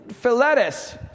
Philetus